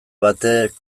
batek